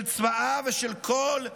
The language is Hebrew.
של צבאה ושל כל אזרחיה.